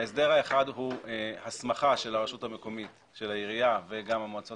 ההסדר האחד הוא הסמכה של הרשות המקומית - עיריות ומועצות